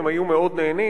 הם היו מאוד נהנים.